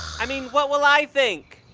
i mean, what will i think?